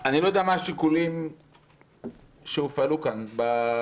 אני לא יודע מה השיקולים שהופעלו כאן בחלוקה.